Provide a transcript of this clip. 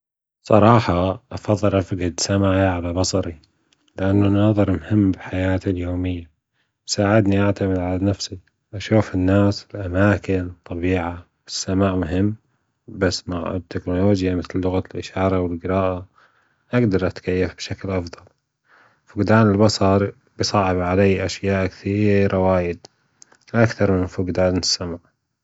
صراحة أفضل افجد سمعى على بصرى لأن النظر مهم بالحياة اليوميه بيساعدنى أعتمد على نفسى واشوف الناس والاماكن والطبيعة والسماء مهم بس - التكنولوجيا مثل لغة الأشاره والجراف فجدار أتكيف بشكل أفضل فجدان البصر يصعب عليا أشياء كتيرة وايت أكتر من فجدان السمع